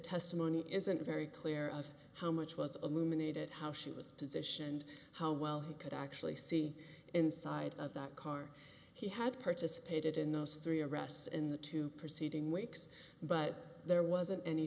testimony isn't very clear of how much was illuminated how she was positioned how well he could actually see inside of that car he had participated in those three arrests in the two proceeding weeks but there wasn't any